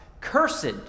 cursed